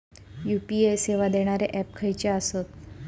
UPI सेवा देणारे app खयचे आसत?